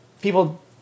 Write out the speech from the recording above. people